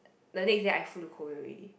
the next day I flew to Korea already